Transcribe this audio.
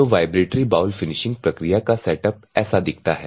तो vibratory bowl finishing प्रक्रिया का सेटअप ऐसा दिखता है